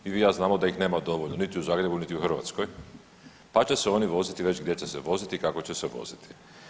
I vi i ja znamo da ih nema dovoljno niti u Zagrebu niti u Hrvatskoj pa će se oni voziti već gdje će se voziti i kako će se voziti.